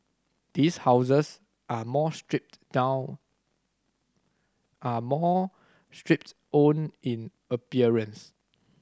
these houses are more stripped down are more stripped own in appearance